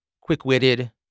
Quick-witted